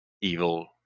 evil